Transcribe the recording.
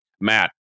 Matt